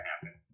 happen